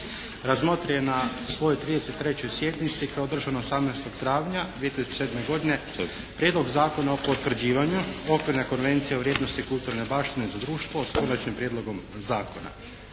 razmotrio je na svojoj 33. sjednici koja je održana 18. travnja 2007. godine, Prijedlog zakona o potvrđivanju Okvirne konvencije o vrijednosti kulturne baštine za društvo s konačnim prijedlogom zakona.